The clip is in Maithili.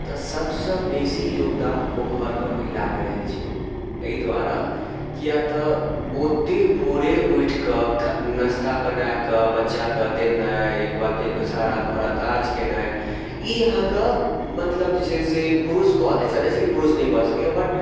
तऽ सबसँ बेसी योगदान ओ घरके महिलाके रहै छै अइ दुआरे किए तऽ ओत्ते भोरे उठिकऽ ख नस्ता बनाकऽ बच्चाके देनाइ अइके बाद फिर सारा घरक काज केनाइ ई अहाँके मतलब जे छै से पुरुषके एकटा रहै छै जे पुरुष नहि कऽ सकैय बट